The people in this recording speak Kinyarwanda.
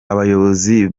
abayobozi